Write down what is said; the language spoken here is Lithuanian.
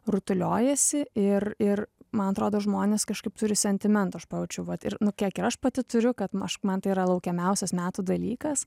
rutuliojasi ir ir man atrodo žmonės kažkaip turi sentimentų aš pajaučiau vat ir nu kiek ir aš pati turiu kad nu aš man tai yra laukiamiausias metų dalykas